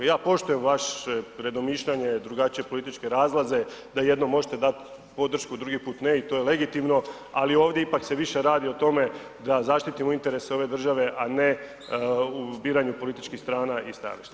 Ja poštujem vaše predomišljanje, drugačije političke razlaze, da jednom možete dati podršku, drugi put ne i to je legitimno, ali ovdje ipak se više radi o tome da zaštitimo interese ove države, a ne u biranju političkih strana i stajališta.